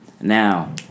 now